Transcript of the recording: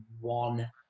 one